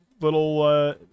little